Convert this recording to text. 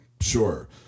Sure